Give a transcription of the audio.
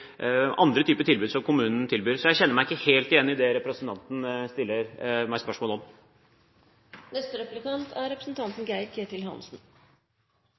andre typer tilbud som kommunen skal tilby. Så jeg kjenner meg ikke helt igjen i det representanten stiller meg spørsmål om.